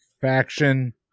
faction